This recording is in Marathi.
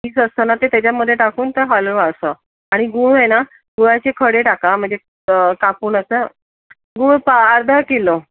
किस असतं ना ते तेच्यामध्ये टाकून ते हलवा असं आणि गूळ आहे ना गुळाचे खडे टाका म्हणजे कापून असं गूळ पहा अर्धा किलो